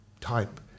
type